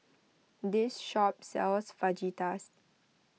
this shop sells Fajitas